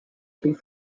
two